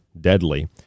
deadly